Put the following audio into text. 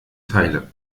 teile